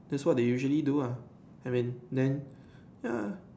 that's what they usually do ah I mean then ya